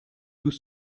tous